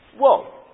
Whoa